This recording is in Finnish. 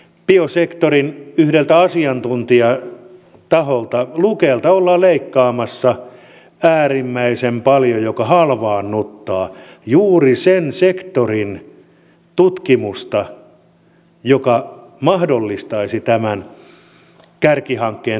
biosektorin yhdeltä asiantuntijataholta lukelta ollaan leikkaamassa äärimmäisen paljon mikä halvaannuttaa juuri sen sektorin tutkimusta joka mahdollistaisi tämän kärkihankkeen toteutumisen biotalouden puolella